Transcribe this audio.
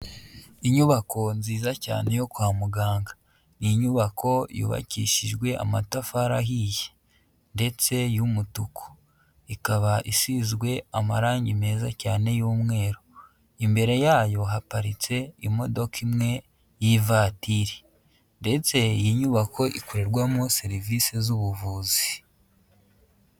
Inyubako nziza cyane yo kwa muganga, ni inyubako yubakishijwe amatafari ahiye ndetse y'umutuku, ikaba isizwe amarange meza cyane y'umweru, imbere yayo haparitse imodoka imwe y'ivatiri ndetse iyi nyubako ikorerwamo serivisi z'ubuvuzi.